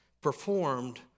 performed